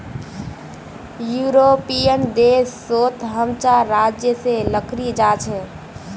European देश सोत हम चार राज्य से लकड़ी जा छे